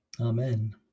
Amen